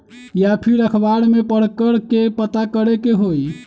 या फिर अखबार में पढ़कर के पता करे के होई?